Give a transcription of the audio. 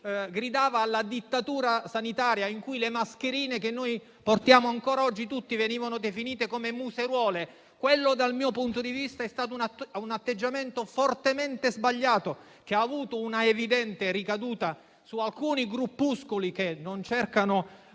gridava alla dittatura sanitaria e in cui le mascherine che tutti portiamo ancora oggi venivano definite museruole. Quello, dal mio punto di vista, è stato un atteggiamento fortemente sbagliato, che ha avuto un'evidente ricaduta su alcuni gruppuscoli, che non cercano